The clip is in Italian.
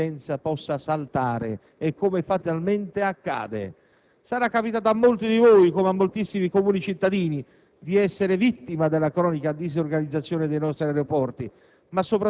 non sarà ugualmente difficile immaginare come tale coincidenza possa saltare, come fatalmente accade. Sarà capitato a molti di voi, come a moltissimi comuni cittadini,